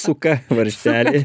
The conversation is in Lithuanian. suka varžtelį